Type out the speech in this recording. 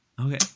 Okay